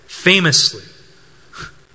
Famously